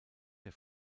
der